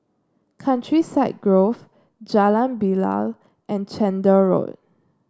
Countryside Grove Jalan Bilal and Chander Road